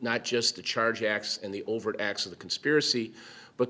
not just the charge acts and the overt acts of the conspiracy but